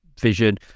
vision